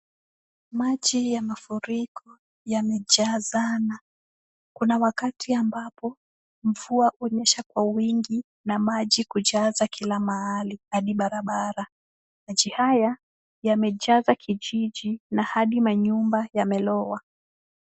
Maji ya mafuriko yamejazana kuna wakati ambapo mvua hunyesha kwa wingi na maji kujaza kila mahali hadi barabara. Maji haya yamejaza kijiji na hadi manyumba yamelowa.